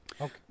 Okay